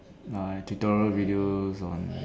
like tutorial videos on